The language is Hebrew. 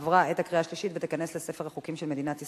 עברה את הקריאה השלישית ותיכנס לספר החוקים של מדינת ישראל.